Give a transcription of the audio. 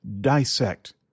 dissect